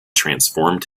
transformed